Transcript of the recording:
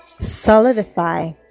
solidify